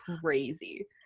crazy